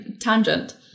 Tangent